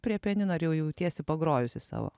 prie pianino ar jau jautiesi pagrojusi savo